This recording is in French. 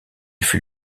fut